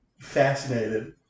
fascinated